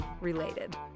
related